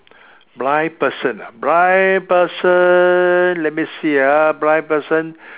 blind person ah blind person let me see ah blind person